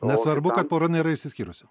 nesvarbu kad pora nėra išsiskyrusi